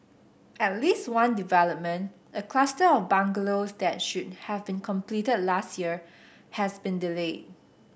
at least one development a cluster of bungalows that should have been completed last year has been delayed